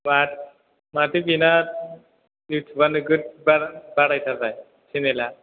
माथ माथो बेना इउटुबआ नोगोद बार बारायथारबाय चेनेला